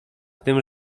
tym